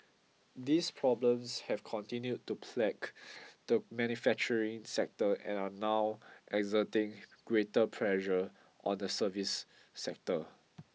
these problems have continued to plague the manufacturing sector and are now exerting greater pressure on the service sector